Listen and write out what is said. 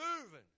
moving